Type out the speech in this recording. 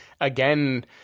again